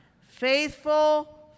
faithful